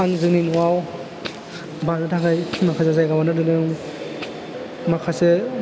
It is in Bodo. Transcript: आं जोंनि न'आव बानो थाखाय माखासे जायगा बानायना दोनदों माखासे